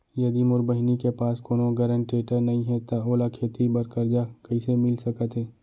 यदि मोर बहिनी के पास कोनो गरेंटेटर नई हे त ओला खेती बर कर्जा कईसे मिल सकत हे?